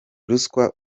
ruswa